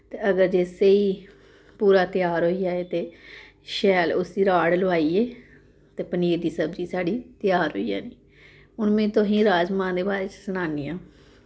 ते अगर जे स्हेई पूरा त्यार होई जाए ते शैल उस्सी राह्ड़ लोआइयै ते पनीर दी सब्जी साढ़ी त्यार होई जानी हून में तुसें गी राजमाह् दे बारे च सनान्नी आं